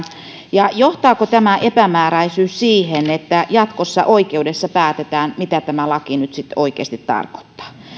ja johtaako tämä epämääräisyys siihen että jatkossa oikeudessa päätetään mitä tämä laki nyt sitten oikeasti tarkoittaa